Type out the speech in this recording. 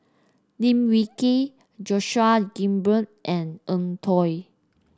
Lim Wee Kiak Joseph Grimberg and Eng Tow